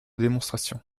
démonstration